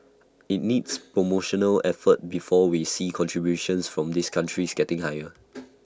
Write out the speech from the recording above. IT needs promotional effort before we see contributions from these countries getting higher